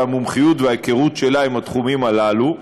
המומחיות וההיכרות שלה עם התחומים הללו.